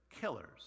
killers